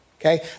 okay